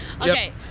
Okay